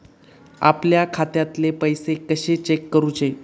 आपल्या खात्यातले पैसे कशे चेक करुचे?